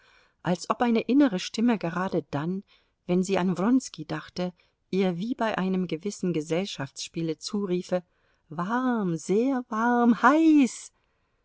als ob eine innere stimme gerade dann wenn sie an wronski dachte ihr wie bei einem gewissen gesellschaftsspiele zuriefe warm sehr warm heiß